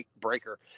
Breaker